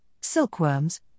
silkworms